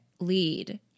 Lead